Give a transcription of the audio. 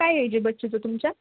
काय एज आहे बच्चूचं तुमच्या